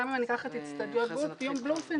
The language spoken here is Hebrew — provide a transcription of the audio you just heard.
אם אקח את אצטדיון בלומפילד,